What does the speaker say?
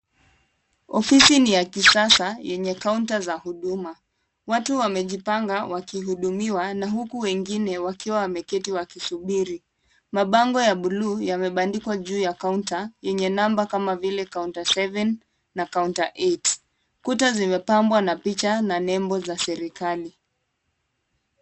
Ofisi ni ya kisasa yenye kaunta za huduma, watu wamejipanga wakihudumiwa na huku wengine wakiwa wameketi wakisubiri. Mabango ya bluu yamebandikwa juu ya kaunta yenye namba kama vile, kaunta eight[s] na kaunta seven . Kuta zimepambwa na picha na nembo za serikali.